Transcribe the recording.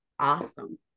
awesome